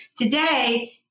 today